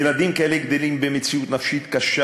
ילדים כאלה גדלים במציאות נפשית קשה